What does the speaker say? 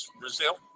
Brazil